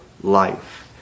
life